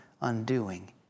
undoing